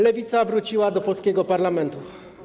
Lewica wróciła do polskiego parlamentu.